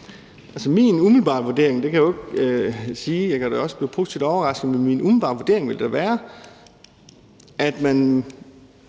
overrasket – vil da være, at man